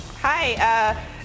Hi